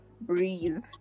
breathe